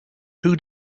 who